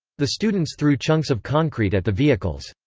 the students threw chunks of concrete at the vehicles.